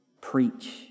Preach